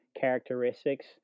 characteristics